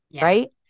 right